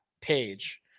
page